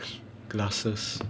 glasses